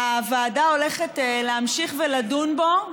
הוועדה הולכת להמשיך ולדון בו,